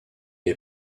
est